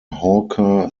hawker